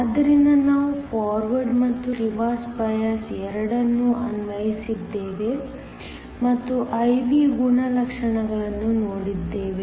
ಆದ್ದರಿಂದ ನಾವು ಫಾರ್ವರ್ಡ್ ಮತ್ತು ರಿವರ್ಸ್ ಬಯಾಸ್ ಎರಡನ್ನೂ ಅನ್ವಯಿಸಿದ್ದೇವೆ ಮತ್ತು I V ಗುಣಲಕ್ಷಣಗಳನ್ನು ನೋಡಿದ್ದೇವೆ